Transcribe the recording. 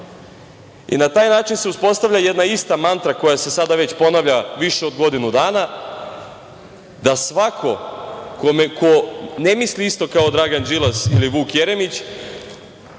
i na taj način se uspostavlja jedna ista mantra koja se sada već ponavlja više od godinu dana da svako ko ne misli isto kao Dragan Đilas ili Vuk Jeremić,